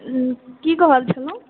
हूँ की कहलखिन ओ